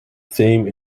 theme